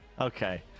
Okay